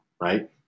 right